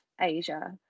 Asia